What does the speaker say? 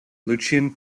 lucien